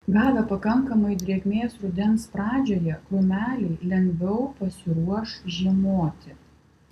gavę pakankamai drėgmės rudens pradžioje krūmeliai lengviau pasiruoš žiemoti